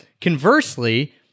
Conversely